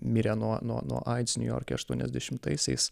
mirė nuo nuo nuo aids niujorke aštuoniasdešimtaisiais